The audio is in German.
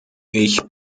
ich